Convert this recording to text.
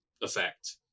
effect